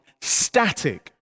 static